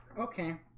okay,